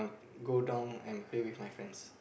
go down and play with my friends